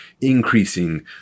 increasing